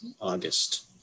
August